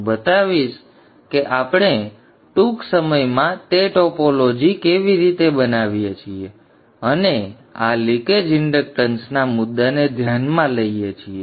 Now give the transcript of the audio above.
હું બતાવીશ કે આપણે ટૂંક સમયમાં તે ટોપોલોજી કેવી રીતે બનાવીએ છીએ અને આ લિકેજ ઇન્ડક્ટન્સના મુદ્દાને ધ્યાનમાં લઈએ છીએ